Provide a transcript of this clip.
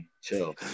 Chill